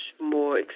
more